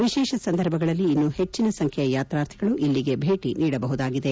ವಿಶೇಷ ಸಂದರ್ಭಗಳಲ್ಲಿ ಇನ್ನೂ ಹೆಚ್ಚಿನ ಸಂಖ್ಲೆಯ ಯಾತ್ರಾರ್ಥಿಗಳು ಇಲ್ಲಿಗೆ ಭೇಟಿ ನೀಡಬಹುದಾಗಿದೆ